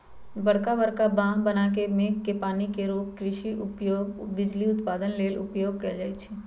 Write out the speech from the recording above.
बरका बरका बांह बना के मेघ के पानी के रोक कृषि उपयोग, बिजली उत्पादन लेल उपयोग कएल जाइ छइ